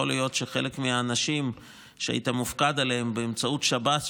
יכול להיות שחלק מהאנשים שהיית מופקד עליהם באמצעות שב"ס,